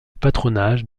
patronage